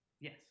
Yes